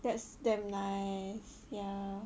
that's damn nice ya